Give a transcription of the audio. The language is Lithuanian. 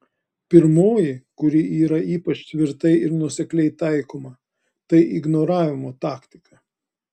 pirmoji kuri yra ypač tvirtai ir nuosekliai taikoma tai ignoravimo taktika